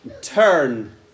turn